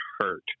hurt